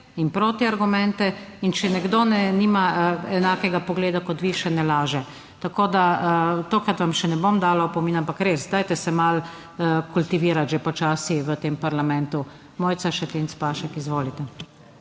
in protiargumente in če nekdo nima enakega pogleda kot vi, še ne laže. Tako da, tokrat vam še ne bom dala opomin, ampak res, dajte se malo kultivirati že počasi v tem parlamentu. Mojca Šetinc Pašek, izvolite.